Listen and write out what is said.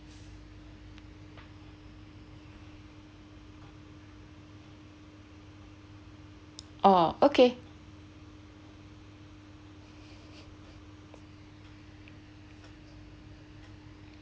orh okay